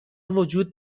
وجود